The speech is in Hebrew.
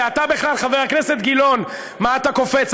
ואתה בכלל, חבר הכנסת גילאון, מה אתה קופץ?